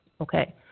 Okay